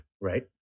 right